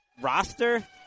roster—